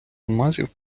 алмазів